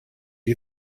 you